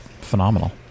phenomenal